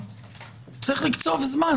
צריך לקצוב זמן.